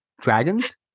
dragons